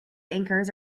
anchors